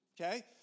Okay